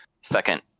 second